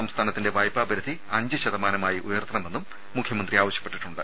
സംസ്ഥാനത്തിന്റെ വായ്പാപരിധി അഞ്ച് ശതമാനമായി ഉയർത്തണമെന്നും മുഖ്യമന്ത്രി ആവശ്യപ്പെട്ടിട്ടുണ്ട്